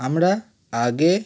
আমরা আগে